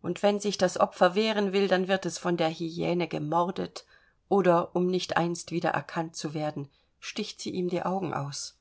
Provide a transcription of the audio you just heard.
und wenn sich das opfer wehren will dann wird es von der hyäne gemordet oder um nicht einst wieder erkannt zu werden sticht sie ihm die augen aus